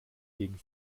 gegen